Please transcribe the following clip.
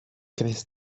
krys